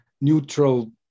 neutral